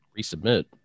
Resubmit